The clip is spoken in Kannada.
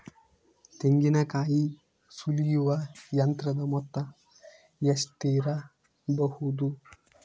ತೆಂಗಿನಕಾಯಿ ಸುಲಿಯುವ ಯಂತ್ರದ ಮೊತ್ತ ಎಷ್ಟಿರಬಹುದು?